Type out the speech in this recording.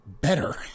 better